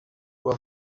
will